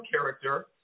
character